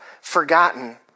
forgotten